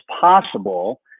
possible